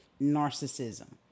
narcissism